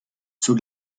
zur